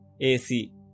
AC